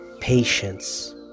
Patience